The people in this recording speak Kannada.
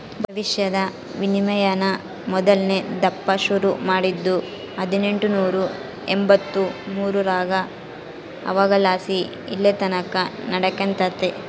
ಭವಿಷ್ಯದ ವಿನಿಮಯಾನ ಮೊದಲ್ನೇ ದಪ್ಪ ಶುರು ಮಾಡಿದ್ದು ಹದಿನೆಂಟುನೂರ ಎಂಬಂತ್ತು ಮೂರರಾಗ ಅವಾಗಲಾಸಿ ಇಲ್ಲೆತಕನ ನಡೆಕತ್ತೆತೆ